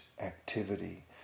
activity